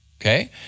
okay